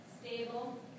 stable